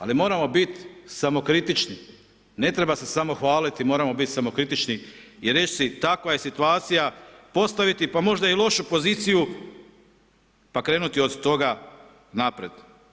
Ali moramo biti samokritični, ne treba se samo hvaliti, moramo biti samokritični i reći si takva je situacija, postaviti pa možda i lošu poziciju pa krenuti od toga naprijed.